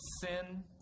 sin